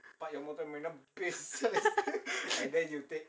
five five eight